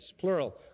plural